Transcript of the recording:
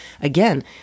again